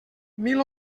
mil